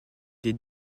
des